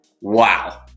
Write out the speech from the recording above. Wow